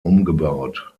umgebaut